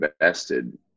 invested